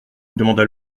demanda